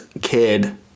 kid